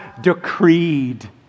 decreed